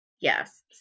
Yes